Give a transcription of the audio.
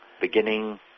beginning